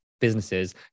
businesses